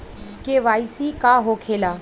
KYC का होखेला?